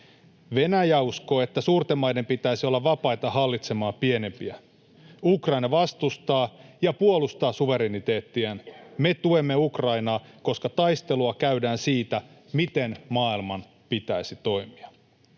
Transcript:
Venäjä uskoo, että suurten maiden pitäisi olla vapaita hallitsemaan pienempiä. Ukraina vastustaa ja puolustaa suvereniteettiaan. Me tuemme Ukrainaa, koska taistelua käydään siitä, miten maailman pitäisi toimia.